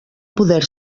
poder